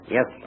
Yes